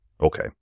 Okay